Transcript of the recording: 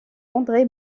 andré